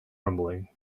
rumbling